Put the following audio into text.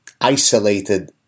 isolated